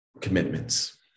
commitments